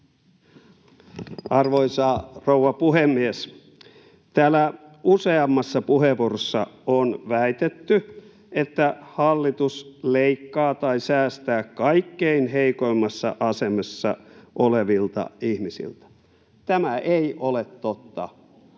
Arvoisa rouva puhemies! Täällä useammassa puheenvuorossa on väitetty, että hallitus leikkaa tai säästää kaikkein heikoimmassa asemassa olevilta ihmisiltä. Tämä ei ole totta.